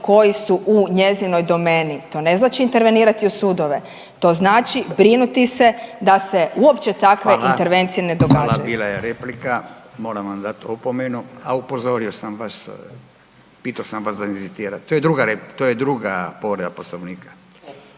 koji su u njezinoj domeni. To ne znači intervenirati u sudovi, to znači brinuti se da se uopće takve intervencije ne događaju. **Radin, Furio (Nezavisni)** Hvala. Hvala. Bila je replika, moram vam dati opomenu, a upozorio sam vas, pitao sam vas da inzistirate, to je druga povreda Poslovnika.